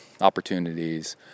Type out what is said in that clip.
opportunities